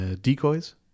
decoys